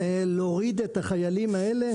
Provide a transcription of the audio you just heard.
להוריד את החיילים האלה,